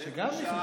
שגם נכנסו.